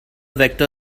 vector